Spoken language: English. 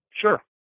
Sure